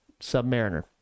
Submariner